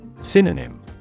Synonym